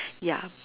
ya